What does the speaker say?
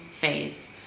Phase